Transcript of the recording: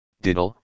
diddle